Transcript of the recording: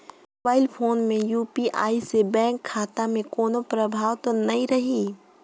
Mobile phone मे UPI से bank खाता मे कोनो प्रभाव तो नइ रही?